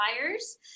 buyers